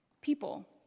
people